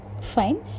fine